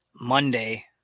Monday